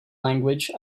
language